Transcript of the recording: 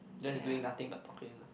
that's doing nothing but talking lah